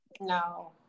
no